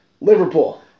Liverpool